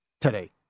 today